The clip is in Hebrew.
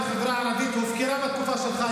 החברה הערבית הופקרה בתקופה שלך.